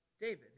David